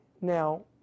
now